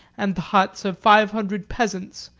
and the huts of five hundred peasants,